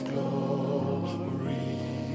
Glory